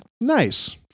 nice